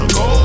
go